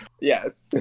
yes